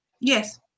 Yes